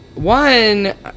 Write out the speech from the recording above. one